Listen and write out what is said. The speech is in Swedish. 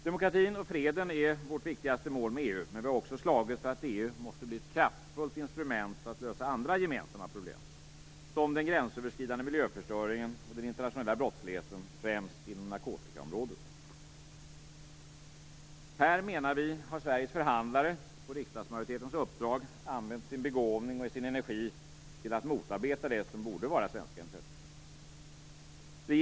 Demokratin och freden är vårt viktigaste mål med EU, men vi har också slagits för att EU måste bli ett kraftfullt instrument för att lösa andra gemensamma problem, som den gränsöverskridande miljöförstöringen och den internationella brottsligheten, främst inom narkotikaområdet. Här, menar vi, har Sveriges förhandlare på riksdagsmajoritetens uppdrag använt sin begåvning och sin energi till att motarbeta det som borde vara svenska intressen.